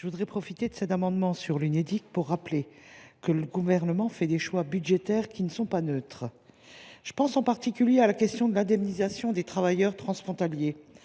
Je profite de l’examen de ces amendements sur l’Unédic pour rappeler que le Gouvernement fait des choix budgétaires qui ne sont pas neutres. Je pense en particulier à la question de l’indemnisation des travailleurs transfrontaliers.